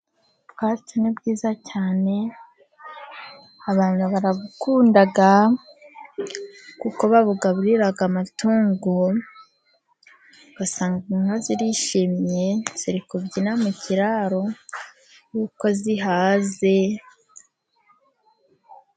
Ubwatsi ni bwiza cyane. Abantu barabukunda kuko babugaburira amatungo. Ugasanga inka zirishimye, ziri kubyina mu kiraro kuko zihaze.